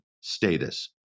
status